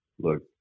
look